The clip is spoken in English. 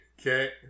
Okay